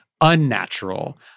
unnatural